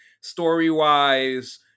Story-wise